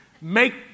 make